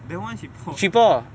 that [one] she pour